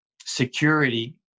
security